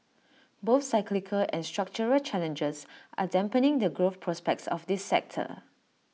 both cyclical and structural challenges are dampening the growth prospects of this sector